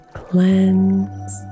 cleanse